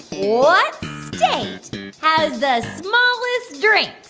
what state has the smallest drinks?